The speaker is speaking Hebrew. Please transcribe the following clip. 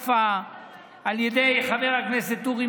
על ידי חבר הכנסת זבולון כלפה,